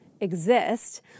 exist